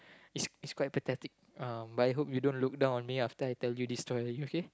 is is quite pathetic uh but I hope you don't look down on me after I tell you this story okay